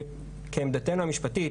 כעמדתנו המשפטית,